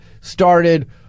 started